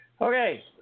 Okay